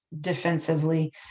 defensively